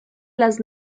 las